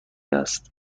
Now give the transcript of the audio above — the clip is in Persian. است